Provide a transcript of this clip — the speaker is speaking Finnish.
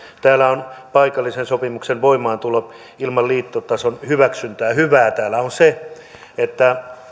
täällä on paikallisen sopimuksen voimaantulo ilman liittotason hyväksyntää hyvää täällä on se että